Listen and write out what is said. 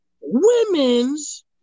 Women's